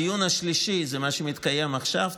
הדיון השלישי זה מה שמתקיים עכשיו,